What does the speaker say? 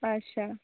ᱟᱪᱷᱟ